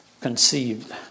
conceived